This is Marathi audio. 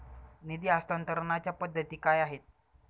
निधी हस्तांतरणाच्या पद्धती काय आहेत?